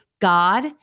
God